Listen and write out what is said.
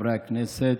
חברי הכנסת,